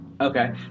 Okay